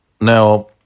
now